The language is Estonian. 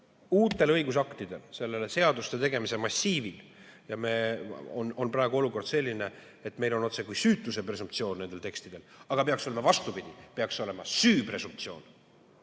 Uute õigusaktide, seaduste tegemise massiiviga on praegu olukord selline, et meil on otsekui süütuse presumptsioon nendel tekstidel, aga peaks olema vastupidi, peaks olema süü presumptsioon.